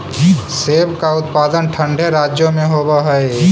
सेब का उत्पादन ठंडे राज्यों में होव हई